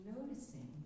Noticing